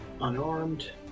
unarmed